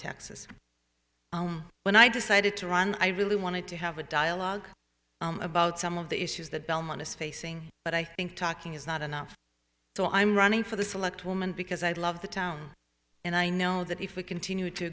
taxes when i decided to run i really wanted to have a dialogue about some of the issues that belmont is facing but i think talking is not enough so i'm running for the select woman because i love the town and i know that if we continue to